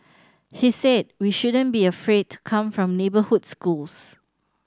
he said we shouldn't be afraid to come from neighbourhood schools